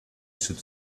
should